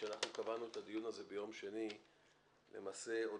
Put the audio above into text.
קבענו את הדיון הזה ביום שני למעשה עוד